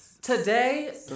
Today